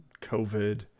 COVID